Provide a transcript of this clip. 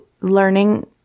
learning